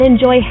enjoy